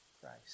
Christ